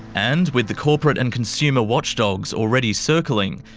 and with the corporate and consumer watchdogs already circling,